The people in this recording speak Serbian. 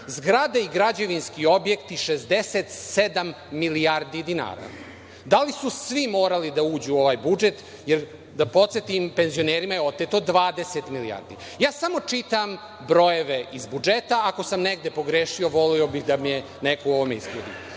zgrade i građevinski objekti 67 milijardi dinara. Da li su svi morali da uđu u ovaj budžet, jer da podsetim penzionerima je oteto 20 milijardi. Ja samo čitam brojeve iz budžeta, ako sam negde pogrešio, voleo bih da me neko u ovome ispravi.